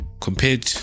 Compared